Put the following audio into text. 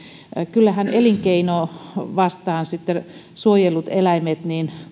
kyllähän asettelussa elinkeino vastaan suojellut eläimet